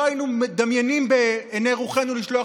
לא היינו מדמיינים בעיני רוחנו לשלוח